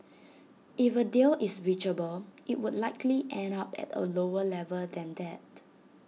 if A deal is reachable IT would likely end up at A lower level than that